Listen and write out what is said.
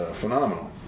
phenomenal